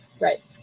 right